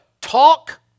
talk